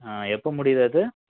ஆ எப்போ முடியுது அது